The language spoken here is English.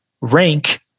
Rank